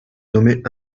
nommer